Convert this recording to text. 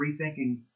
Rethinking